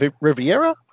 Riviera